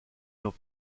nos